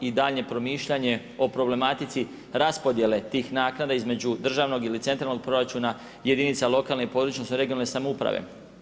I daljnje promišljanje o problematici raspodijele tih naknada između državnog ili centralnog proračuna, jedinica područne, odnosno, regionalne samouprave.